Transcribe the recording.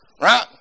right